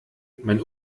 mein